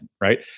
right